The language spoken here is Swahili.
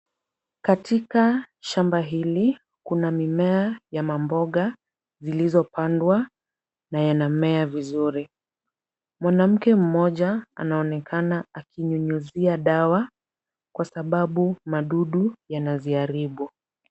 Katika shamba hili, kuna mimea ya mamboga zilizopandwa na yanamea vizuri. Mwanamke mmoja anaonekana akinyunyuzia dawa kwasababu madudu yanaziharibu.